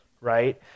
right